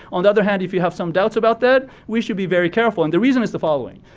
on the other hand, if you have some doubts about that, we should be very careful. and the reason is the following,